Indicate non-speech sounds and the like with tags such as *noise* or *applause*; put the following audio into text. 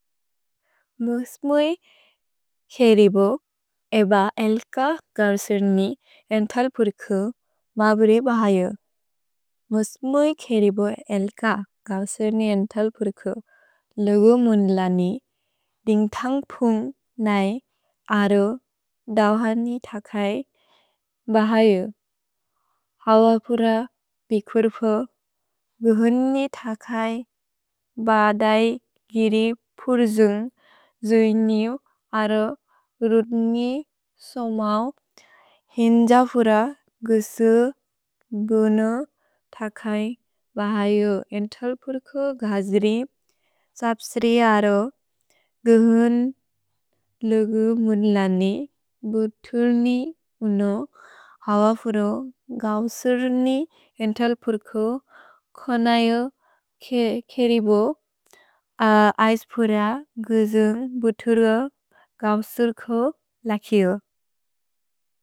मुस्मुइ खेरिबो एब एल्क गव्सेर्नि एन्तल्पुर्कु बबुरे बहयु। मुस्मुइ खेरिबो एल्क गव्सेर्नि एन्तल्पुर्कु लोगो मुन्लनि दिन्ग्थन्ग् पुन्ग् नै अरो दव्हनि थकै बहयु। हवपुर बिकुर्पो गुहुन्नि थकै बदै गिरिपुर्जुन्ग् जुइनिउ अरो रुद्न्गि सोमौ। हिन्जफुर गुसु गुनु थकै बहयु एन्तल्पुर्कु घज्रि। सब्सेरि अरो गुहुन् लोगु मुन्लनि बुथुर्नि उनु हवपुर गव्सेर्नि एन्तल्पुर्कु कोनैउ खेरिबो *hesitation* ऐज्पुर गुजुन्ग् बुथुर्ग गव्सेर्कु लकिउ।